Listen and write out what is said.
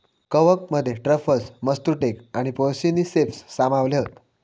कवकमध्ये truffles, matsutake आणि porcini ceps सामावले हत